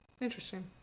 Interesting